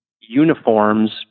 uniforms